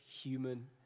human